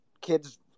kids